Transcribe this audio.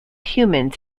humans